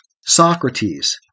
Socrates